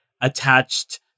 attached